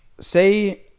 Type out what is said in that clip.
say